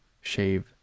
shave